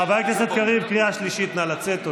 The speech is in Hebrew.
חבר הכנסת קריב, קריאה שלישית, נא לצאת.